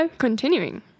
Continuing